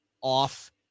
off